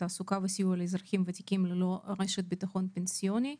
תעסוקה וסיוע לאזרחים ותיקים ללא רשת ביטחון פנסיוני.